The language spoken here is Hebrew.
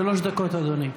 שלוש דקות, אדוני.